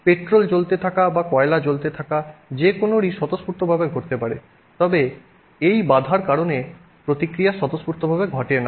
petrol জ্বলতে থাকা বা কয়লা জ্বলতে থাকা যে কোনওরই স্বতঃস্ফূর্তভাবে ঘটতে পারে তবে এই বাধার কারণে প্রতিক্রিয়া স্বতঃস্ফূর্তভাবে ঘটে না